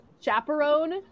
chaperone